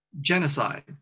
genocide